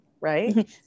right